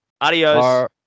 Adios